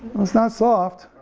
it's not soft,